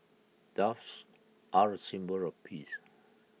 doves are A symbol of peace